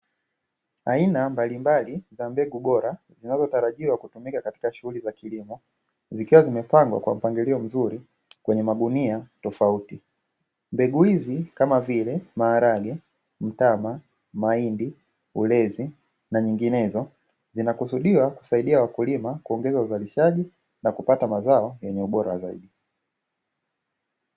Aina mbalimbali za mbegu bora zinazotarajiwa kutumika katika shughuli za kilimo, zikiwa zimepangwa kwa mpangilio mzuri kwenye magunia tofauti. Mbegu hizi, kama vile; maharage, mtama, mahindi, ulezi na nyinginezo, zinakusudiwa kusaidia wakulima kuongeza uzalishaji na kupata mazao yenye ubora zaidi.